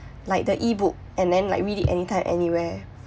like the E-book and then like read it anytime anywhere